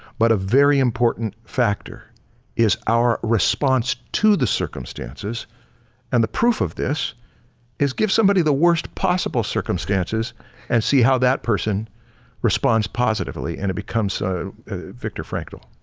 but a very important factor is our response to the circumstances and the proof of this is give somebody the worst possible circumstances and see how that person responds positively and it becomes so a viktor frankl.